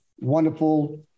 wonderful